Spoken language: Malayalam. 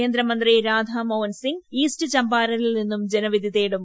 കേന്ദ്ര മന്ത്രി രാധാ മോഹൻ സിംങ് ഈസ്റ്റ് ചംബാരനിൽ നിന്നും ജനവിധി തേടും